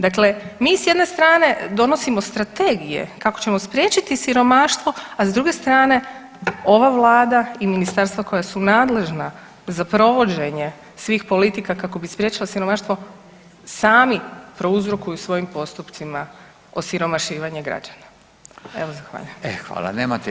Dakle, mi s jedne strane donosimo strategije kako ćemo spriječiti siromaštvo, a s druge strane ova vlada i ministarstva koja su nadležna za provođenje svih politika kako bi spriječila siromaštvo sami prouzrokuju svojim postupcima osiromašivanje građana.